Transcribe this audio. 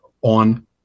on